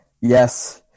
Yes